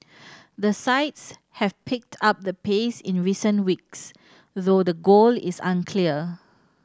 the sides have picked up the pace in recent weeks though the goal is unclear